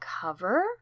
cover